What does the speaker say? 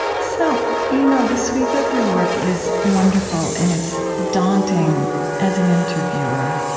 so you know the sweep of your work is wonderful, and it's daunting as an interviewer,